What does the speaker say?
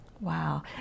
Wow